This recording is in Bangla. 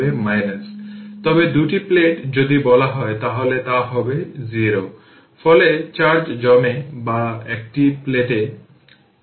সুতরাং এনার্জি স্টোর করুন 12 12cv2 12 c হল 3 10 থেকে পাওয়ার 6 ফ্যারাড মাইক্রোফ্যারাড এটি ফ্যারাড রূপান্তর করুন